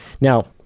Now